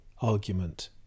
argument